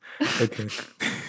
okay